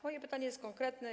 Moje pytanie jest konkretne.